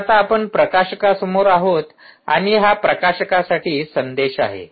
तर आता आपण प्रकाशकासमोर आहोत आणि हा प्रकाशकासाठी संदेश आहे